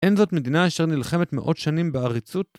אין זאת מדינה אשר נלחמת מאות שנים בעריצות?